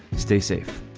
stay safe